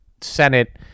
Senate